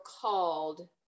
called